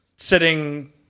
sitting